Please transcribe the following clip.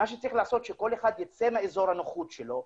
מה שצריך לעשות זה שכל אחד ייצא מאזור הנוחות שלו,